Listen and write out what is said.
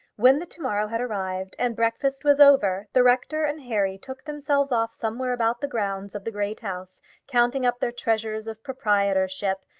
when the to-morrow had arrived and breakfast was over, the rector and harry took themselves off, somewhere about the grounds of the great house counting up their treasures of proprietorship,